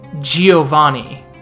Giovanni